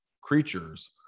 creatures